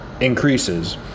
increases